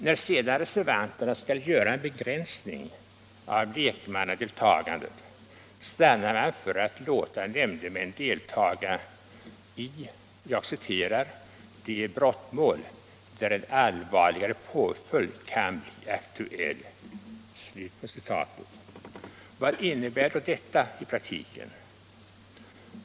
När sedan reservanterna skall göra en begränsning av lekmannadeltagandet stannar de för att låta nämndemän delta i de brottmål där en allvarligare påföljd kan bli aktuell. Vad innebär då detta i praktiken?